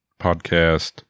podcast